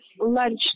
lunch